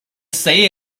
say